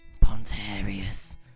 Pontarius